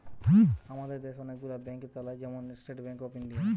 আমাদের দেশ অনেক গুলো ব্যাংক চালায়, যেমন স্টেট ব্যাংক অফ ইন্ডিয়া